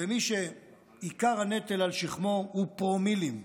ומי שעיקר הנטל על שכמו הוא פרומילים.